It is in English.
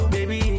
Baby